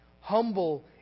humble